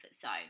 zone